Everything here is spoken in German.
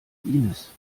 inis